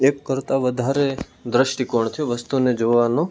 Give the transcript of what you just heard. એક કરતાં વધારે દૃષ્ટિકોણ છે વસ્તુને જોવાનો